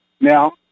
Now